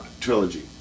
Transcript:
Trilogy